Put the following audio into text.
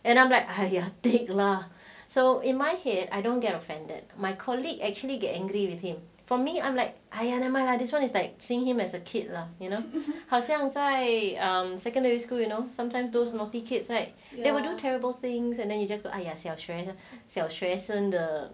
and I'm like !aiya! take lah so in my head I don't get offended my colleague actually get angry with him for me I'm like !aiya! never mind lah this [one] is like seeing him as a kid lah you know 好像在 um secondary school you know sometimes those naughty kids right they will do terrible things and then you just say 小学生的